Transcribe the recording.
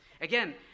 Again